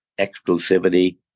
exclusivity